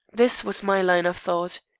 this was my line of thought.